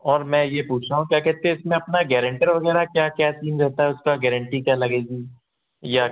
और मैं ये पूछ रहा हूँ क्या कहते इसमें अपना गैरेंटर वगैरह क्या क्या सीन रहता है उसका गेरेंटी क्या लगेगी या